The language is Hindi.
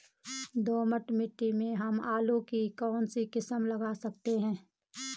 दोमट मिट्टी में हम आलू की कौन सी किस्म लगा सकते हैं?